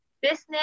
business